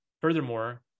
Furthermore